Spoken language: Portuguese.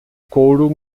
couro